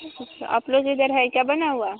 कुछ आप लोग के इधर है क्या बना हुआ